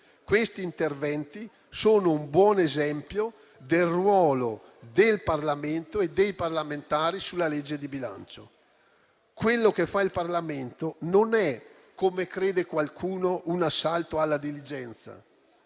Questi interventi sono un buon esempio del ruolo del Parlamento e dei parlamentari sulla legge di bilancio. Quello che fa il Parlamento non è, come crede qualcuno o come qualcuno